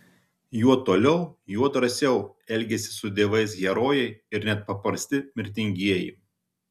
juo toliau juo drąsiau elgiasi su dievais herojai ir net paprasti mirtingieji